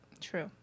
True